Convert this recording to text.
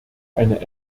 eine